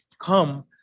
come